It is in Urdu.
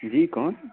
جی کون